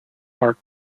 are